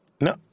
No